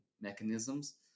mechanisms